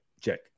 check